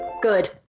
Good